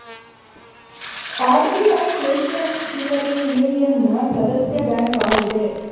RBI Asian clearing ಯೂನಿಯನ್ನ ಸದಸ್ಯ bank ಆಗಿದೆ